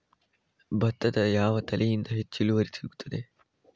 ಭತ್ತದ ಯಾವ ತಳಿಯಿಂದ ಹೆಚ್ಚು ಇಳುವರಿ ಸಿಗುತ್ತದೆ?